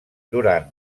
durant